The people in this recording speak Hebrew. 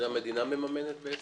את זה המדינה מממנת?